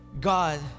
God